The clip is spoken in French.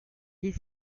des